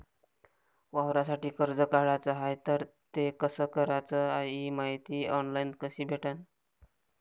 वावरासाठी कर्ज काढाचं हाय तर ते कस कराच ही मायती ऑनलाईन कसी भेटन?